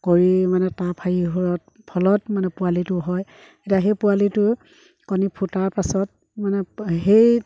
কৰি মানে তাপ হেৰি হ'লত ফলত মানে পোৱালিটো হয় এতিয়া সেই পোৱালিটো কণী ফুটাৰ পাছত মানে সেই